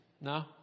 No